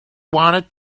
wanted